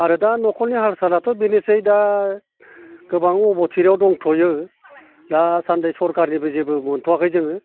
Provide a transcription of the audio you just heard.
आरो दा न'खरनि हाल सालाथ' बेनोसै दा गोबां अबथिरायाव दंथयो दासान्दि सरखारनिफ्राय जेबो मोनथ'आखै जोङो